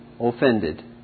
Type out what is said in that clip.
offended